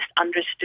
understood